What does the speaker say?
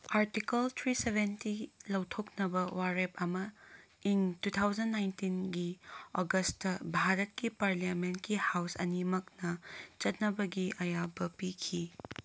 article three seventy ꯂꯧꯊꯣꯛꯅꯕ ꯋꯥꯔꯦꯞ ꯑꯃ ꯏꯪ ꯇꯨ ꯊꯥꯎꯖꯟ ꯅꯥꯏꯟꯇꯤꯟ ꯑꯣꯒꯁꯇ ꯚꯥꯔꯠꯀꯤ ꯄꯔꯂꯤꯌꯥꯃꯦꯟꯀꯤ ꯍꯥꯎꯁ ꯑꯅꯤꯃꯛꯅ ꯆꯠꯅꯕꯒꯤ ꯑꯌꯥꯕ ꯄꯤꯈꯤ